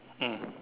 mm